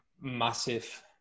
massive